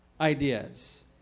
ideas